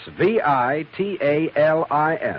V-I-T-A-L-I-S